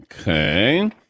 Okay